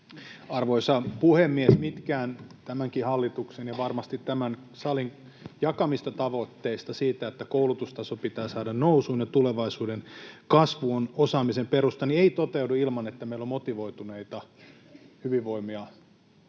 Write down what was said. Arvoisa puhemies! Mitkään tämänkin hallituksen ja varmasti tämän salin jakamista tavoitteista siitä, että pitää saada koulutustaso nousuun ja tulevaisuuden kasvuun osaamisen perusta, ei toteudu ilman, että meillä on motivoituneita, hyvinvoivia opettajia.